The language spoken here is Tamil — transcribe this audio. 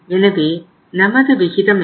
எனவே நமது விகிதம் என்ன